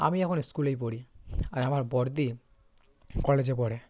আমি এখন স্কুলেই পড়ি আর আমার বড়দি কলেজে পড়ে